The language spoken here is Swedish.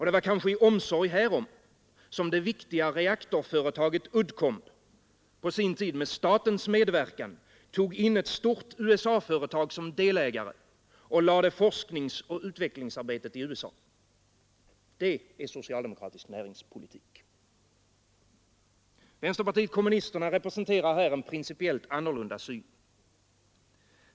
Det var kanske i omsorg härom som det viktiga reaktorföretaget Uddcomb på sin tid med statens medverkan tog in ett stort USA-företag som delägare och lade forskningsoch utvecklingsarbete i USA. Det är socialdemokratisk näringspolitik. Vänsterpartiet kommunisterna representerar här en principiellt annorlunda syn.